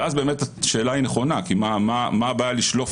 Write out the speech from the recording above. ואז השאלה נכונה כי מה הבעיה לשלוף